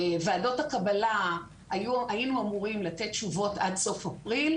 לגבי ועדות הקבלה - היינו אמורים לתת תשובות עד סוף אפריל.